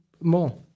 more